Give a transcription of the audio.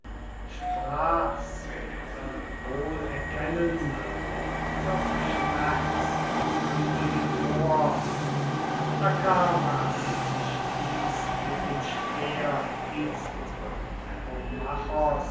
sprach's ihn wohl erkennend doch schmerz erfüllte die troer akamas stieß mit dem speer itzt